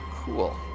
Cool